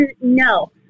no